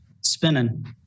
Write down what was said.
spinning